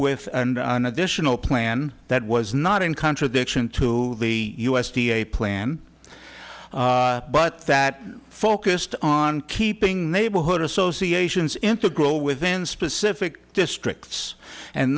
with an additional plan that was not in contradiction to the u s d a plan but that focused on keeping neighborhood associations integral within specific districts and